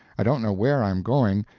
i don't know where i'm going,